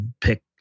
pick